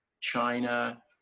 China